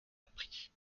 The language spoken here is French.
appris